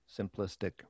simplistic